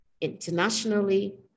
internationally